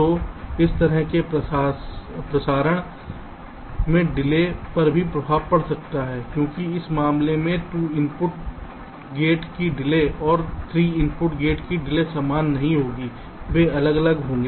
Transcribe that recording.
तो इस तरह के प्रसारण में डिले पर भी प्रभाव पड़ सकता है क्योंकि इस मामले में 2 इनपुट गेट की डिले और 3 इनपुट गेट की डिले समान नहीं होगी वे अलग अलग होंगे